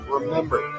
Remember